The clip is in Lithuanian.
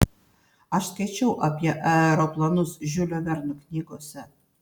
aš skaičiau apie aeroplanus žiulio verno knygose